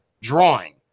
drawing